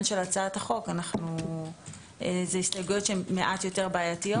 של הצעת החוק זה הסתייגויות שהן מעט יותר בעייתיות.